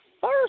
first